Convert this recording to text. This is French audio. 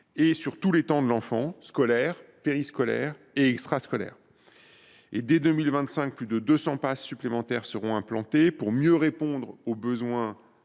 et sur tous les temps de l’enfant : scolaire, périscolaire, extrascolaire. Dès 2025, plus de 200 PAS supplémentaires seront implantés pour mieux répondre aux besoins